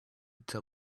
until